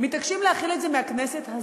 מתעקשים להחיל את זה מהכנסת הזאת.